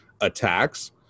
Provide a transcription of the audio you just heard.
attacks